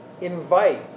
invite